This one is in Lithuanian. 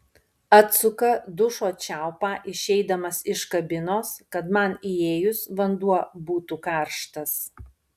atsuka dušo čiaupą išeidamas iš kabinos kad man įėjus vanduo būtų karštas